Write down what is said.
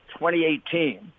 2018